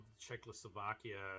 Czechoslovakia